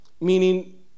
meaning